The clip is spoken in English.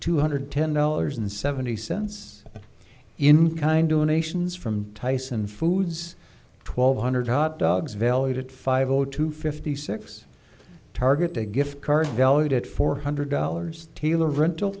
two hundred ten dollars and seventy cents in kind donations from tyson foods twelve hundred hotdogs valued at five o two fifty six target day gift card valued at four hundred dollars taylor rental